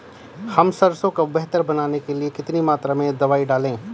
हम सरसों को बेहतर बनाने के लिए कितनी मात्रा में दवाई डालें?